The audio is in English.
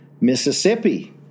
Mississippi